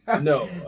No